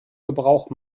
gebrauch